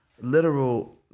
literal